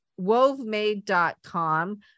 WoveMade.com